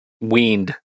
weaned